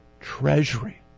treasury